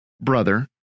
brother